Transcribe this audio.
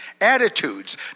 Attitudes